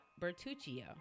Bertuccio